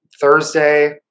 Thursday